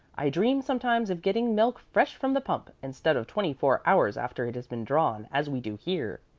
i dream sometimes of getting milk fresh from the pump, instead of twenty-four hours after it has been drawn, as we do here.